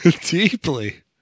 Deeply